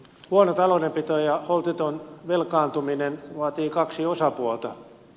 huono taloudenpito ja holtiton velkaantuminen vaatii kaksi osapuolta